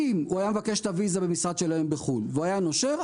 אם הוא היה מבקש את הוויזה במשרד שלהם בחו"ל והוא היה נושר,